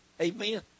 Amen